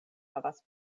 havas